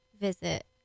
visit